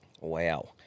Wow